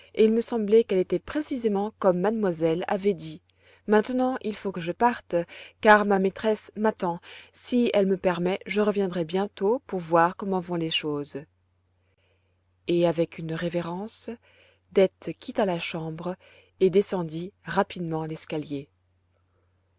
il semblait qu'elle était précisément comme mademoiselle avait dit maintenant il faut que je parte car ma maîtresse m'attend si elle me le permet je reviendrai bientôt pour voir comment vont les choses et avec une révérence dete quitta la chambre et descendit rapidement l'escalier